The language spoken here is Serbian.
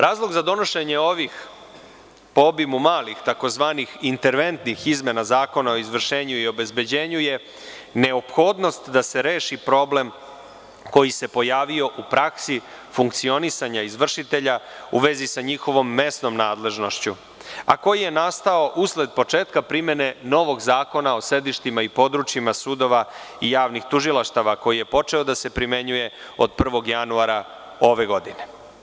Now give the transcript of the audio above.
Razlog za donošenje ovih po obimu malih, tzv. interventnih izmena Zakona o izvršenju i obezbeđenju je neophodnost da se reši problem koji se pojavio u praksi funkcionisanja izvršitelja u vezi sa njihovom mesnom nadležnošću, a koji je nastao usled početka primena novog Zakona o sedištima i područjima sudova i javnih tužilaštava, koji je počeo da se primenjuje od 1. januara ove godine.